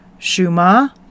shuma